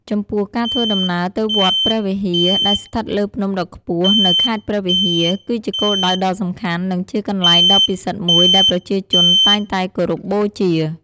ចំពោះ ការធ្វើដំណើរទៅវត្តព្រះវិហារ ដែលស្ថិតលើភ្នំដ៏ខ្ពស់នៅខេត្តព្រះវិហារ គឺជាគោលដៅដ៏សំខាន់ និងជាកន្លែងដ៏ពិសិដ្ឋមួយដែលប្រជាជនតែងតែគោរពបូជា។